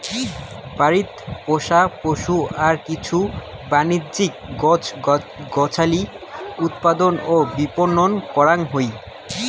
বাড়িত পোষা পশু আর কিছু বাণিজ্যিক গছ গছালি উৎপাদন ও বিপণন করাং হই